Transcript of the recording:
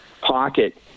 pocket